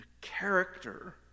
character